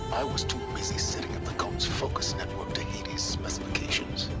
i was too busy setting up the cult's focus network to hades' specifications.